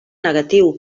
negatiu